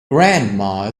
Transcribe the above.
grandma